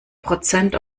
prozent